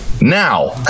Now